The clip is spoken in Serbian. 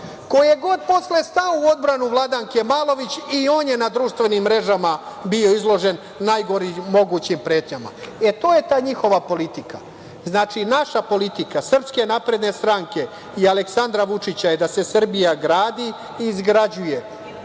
Ko je god posle stao u odbranu Vladanke Malović i on je na društvenim mrežama bio izložen najgorim mogućim pretnjama. To je ta njihova politika. Znači, naša politika, SNS i Aleksandra Vučića, je da se Srbija gradi i izgrađuje,